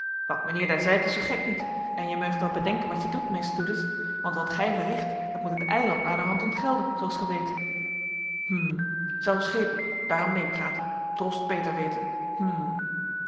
wat mijnheer daar zeit is zoo gek niet en je meugt wel bedenken wat je doet meester doedes want wat gij verricht dat moet het eiland naderhand ontgelden zooals gij weet hm zelf schepen daarom meepraten drost beter weten hm